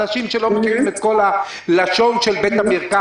אנשים שלא מכירים את הלשון של בית-המרקחת,